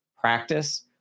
practice